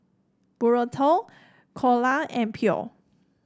Burrito Dhokla and Pho